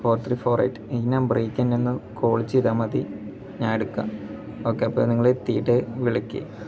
four three four eight ഈ നമ്പറിൽ തന്നെ ഒന്ന് കോൾ ചെയ്താൽ മതി ഞാനെടുക്കാം ഓക്കേ അപ്പോൾ നിങ്ങൾ എത്തിയിട്ട് വിളിക്ക്